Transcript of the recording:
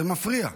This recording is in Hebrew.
זה מפריע.